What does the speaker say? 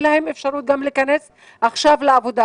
ואין להם אפשרות להיכנס עכשיו לעבוד,